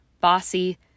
bossy